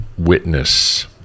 witness